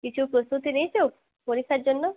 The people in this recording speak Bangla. কিছু প্রস্তুতি নিয়েছো পরীক্ষার জন্য